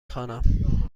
خوانم